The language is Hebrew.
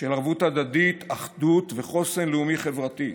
של ערבות הדדית, אחדות וחוסן לאומי וחברתי,